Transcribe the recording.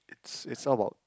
it's all about